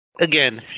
again